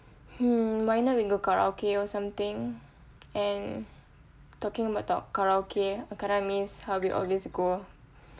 mm why not we go karaoke or something and talking about karaoke I kinda miss how we all use to go